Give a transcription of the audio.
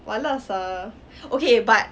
malas ah okay but